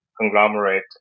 conglomerate